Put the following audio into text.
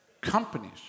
companies